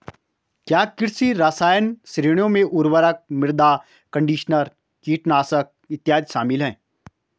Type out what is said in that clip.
क्या कृषि रसायन श्रेणियों में उर्वरक, मृदा कंडीशनर, कीटनाशक इत्यादि शामिल हैं?